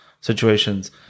situations